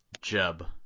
Jeb